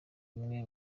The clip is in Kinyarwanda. umwe